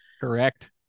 Correct